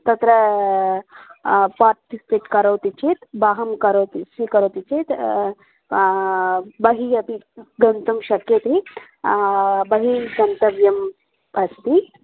तत्र पार्टिस्पेट् करोति चेत् भागं करोति स्वीकरोति चेत् बहिः अपि गन्तुं शक्यते बहिः गन्तव्यम् अस्ति